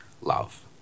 love